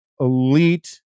elite